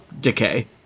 decay